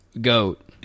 goat